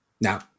Now